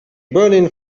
burning